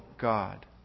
God